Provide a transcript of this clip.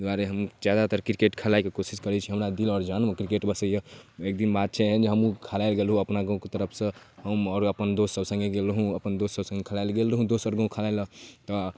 एहिदुआरे हम जादातर किरकेट खेलाइके कोशिश करै छी हमरा दिल आओर जानमे किरकेट बसैए लेकिन बात छै एकदिन हमहूँ खेलाइलए गेलहुँ अपना घरसँ तऽ दोसर तरफसँ हम अपन दोस्तसभ सङ्गे गेल रहौँ अपन दोस्त एक दिन खेलाइलए